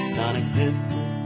non-existent